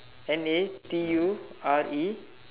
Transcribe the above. N A T U R E